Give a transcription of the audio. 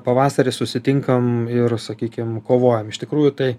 pavasarį susitinkam ir sakykim kovojam iš tikrųjų tai